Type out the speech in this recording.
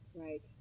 Right